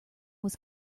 was